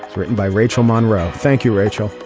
written by rachel monroe. thank you rachel.